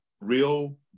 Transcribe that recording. real